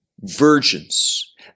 virgins